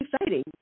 exciting